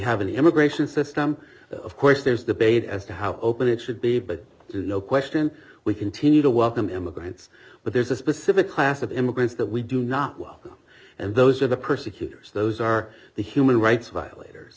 have an immigration system of course there's debate as to how open it should be but there's no question we continue to welcome immigrants but there's a specific class of immigrants that we do not welcome and those are the persecutors those are the human rights violators